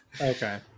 okay